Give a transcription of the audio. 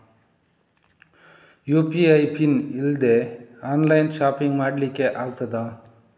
UPI PIN ಇಲ್ದೆ online shopping ಮಾಡ್ಲಿಕ್ಕೆ ಆಗ್ತದಾ?